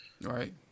Right